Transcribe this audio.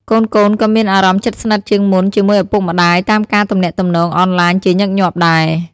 កូនៗក៏មានអារម្មណ៍ជិតស្និទ្ធជាងមុនជាមួយឪពុកម្តាយតាមការទំនាក់ទំនងអនឡាញជាញឹកញាប់ដែរ។